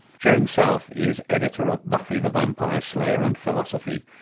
james south is editor of buffy the vampire slayer and philosophy.